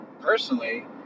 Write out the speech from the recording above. personally